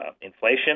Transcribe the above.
inflation